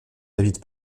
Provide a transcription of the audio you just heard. david